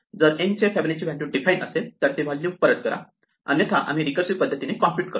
जर n चे Fibonacci value define असेल तर ती व्हॅल्यू परत करा अन्यथा आम्ही रिकर्सिव पद्धतीने कॉम्प्युट करतो